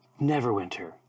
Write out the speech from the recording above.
neverwinter